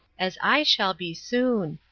as i shall be soon.